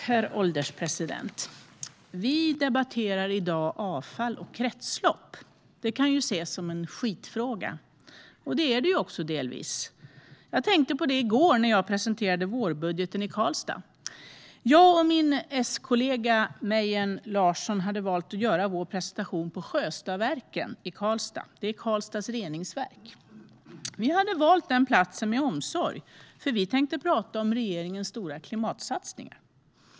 Herr ålderspresident! Vi debatterar i dag avfall och kretslopp. Det kan ju ses som en skitfråga. Det är den också delvis. Jag tänkte på det i går när jag presenterade vårbudgeten i Karlstad. Jag och min S-kollega Mejern Larsson hade valt att göra vår presentation på Sjöstadsverket i Karlstad. Det är Karlstads reningsverk. Vi hade valt den platsen med omsorg eftersom vi tänkte prata om regeringens stora klimatsatsningar.